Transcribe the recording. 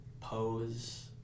pose